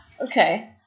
Okay